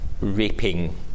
raping